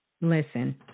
Listen